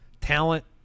talent